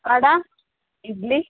vada idli